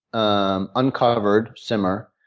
an uncovered simmer,